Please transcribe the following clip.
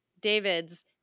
David's